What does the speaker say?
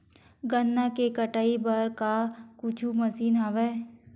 गन्ना के कटाई बर का कुछु मशीन हवय?